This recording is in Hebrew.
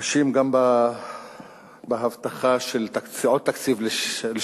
קשים גם בהבטחה של עוד תקציב לשנתיים,